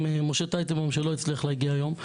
משה טייטנבום שלא הצליח להגיע היום.